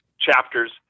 chapters